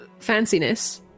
fanciness